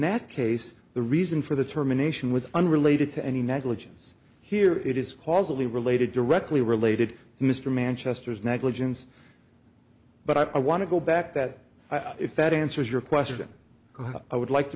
that case the reason for the terminations was unrelated to any negligence here it is causally related directly related to mr manchester's negligence but i want to go back that if that answers your question i would like to